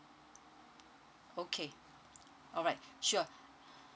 okay alright sure